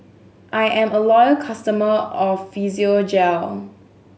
I am a loyal customer of Physiogel